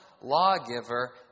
lawgiver